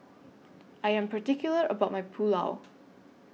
I Am particular about My Pulao